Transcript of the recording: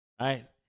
right